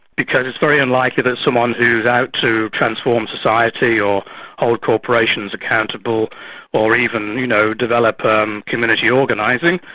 because it's very unlikely there's someone who's out to transform society or hold corporations accountable or even you know develop um community organising,